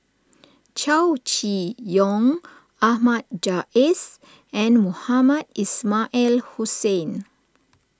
Chow Chee Yong Ahmad Jais and Mohamed Ismail Hussain